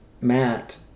Matt